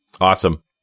Awesome